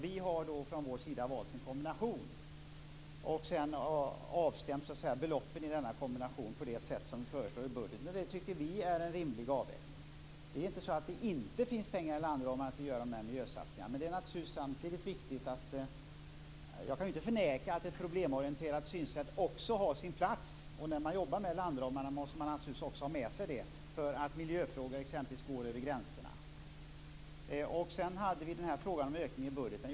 Vi har från vår sida valt en kombination och avstämt beloppen i denna kombination på det sätt som vi föreslår i budgeten. Det tycker vi är en rimlig avvägning. Det är inte så att det inte finns pengar inom landramarna till att göra de här miljösatsningarna, men jag kan ju inte förneka att ett problemorienterat synsätt också har sin plats, och när man jobbar med landramarna måste man naturligtvis också ha med sig det därför att exempelvis miljöfrågor går över gränserna. Då går vi över till frågan om ökning i budgeten.